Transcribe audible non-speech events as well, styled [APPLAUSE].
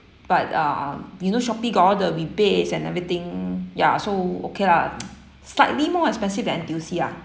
but uh you know Shopee got all the rebates and everything ya so okay lah [NOISE] slightly more expensive than N_T_U_C lah